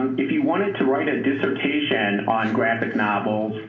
if you wanted to write a dissertation on graphic novels,